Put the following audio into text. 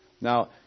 Now